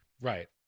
Right